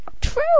True